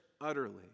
utterly